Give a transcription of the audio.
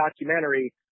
documentary